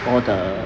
all the